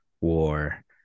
war